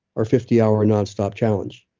our fifty hour nonstop challenge.